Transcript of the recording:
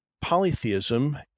polytheism